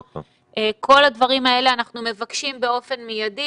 את כל הדברים האלה אנחנו מבקשים באופן מידי